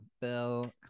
Bill